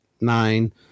nine